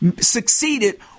succeeded